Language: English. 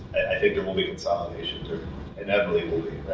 i think it will be consolidation, or inevitably will be,